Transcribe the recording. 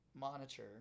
monitor